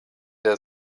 der